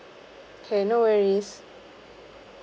okay no worries